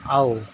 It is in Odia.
ଆଉ